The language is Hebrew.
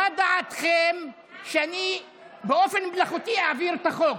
מה דעתכם שאני באופן מלאכותי אעביר את החוק?